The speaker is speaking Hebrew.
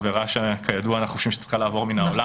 עבירה שאנחנו חושבים שצריכה לעבור מן העולם.